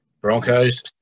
Broncos